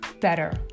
better